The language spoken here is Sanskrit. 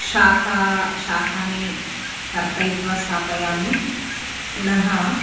शाखा शाखानि कर्तयित्वा स्थापयामि पुनः